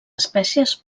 espècies